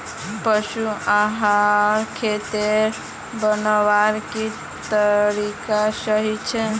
पशु आहार घोरोत बनवार की तरीका सही छे?